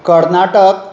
Karnataka